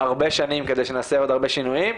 הרבה שנים כדי שנעשה עוד הרבה שינויים.